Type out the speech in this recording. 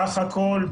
בסדר?